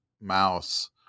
mouse